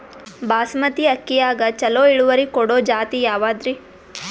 ಬಾಸಮತಿ ಅಕ್ಕಿಯಾಗ ಚಲೋ ಇಳುವರಿ ಕೊಡೊ ಜಾತಿ ಯಾವಾದ್ರಿ?